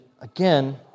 again